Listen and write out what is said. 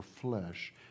flesh